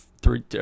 three